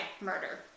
murder